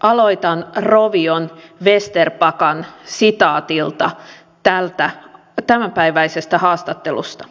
aloitan rovion vesterbackan sitaatilla tämänpäiväisestä haastattelusta